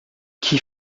qui